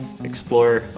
explore